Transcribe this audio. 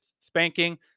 spanking